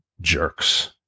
jerks